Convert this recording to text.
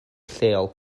lleol